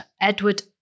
Edward